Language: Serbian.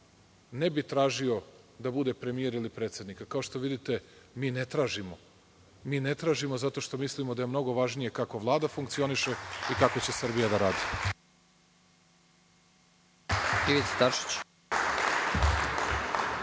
ne bi tražio da bude premijer ili predsednik, a kao što vidite, mi ne tražimo, zato što mislimo da je mnogo važnije kako Vlada funkcioniše i kako će Srbija da radi.